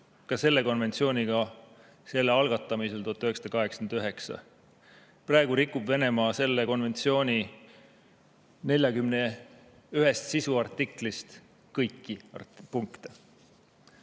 ka selle konventsiooniga selle algatamisel 1989. Praegu rikub Venemaa selle konventsiooni 41 sisuartiklist kõiki punkte. Täna